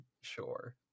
sure